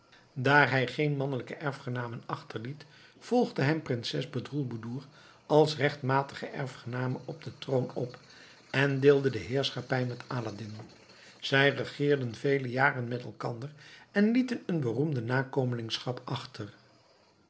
daar hij geen mannelijke erfgenamen achterliet volgde hem prinses bedroelboedoer als rechtmatige erfgename op den troon op en deelde de heerschappij met aladdin zij regeerden vele jaren met elkander en lieten een beroemde nakomelingschap achter